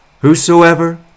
whosoever